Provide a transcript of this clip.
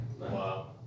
Wow